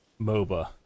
moba